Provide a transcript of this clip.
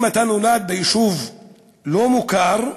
אם אתה נולד ביישוב לא מוכר,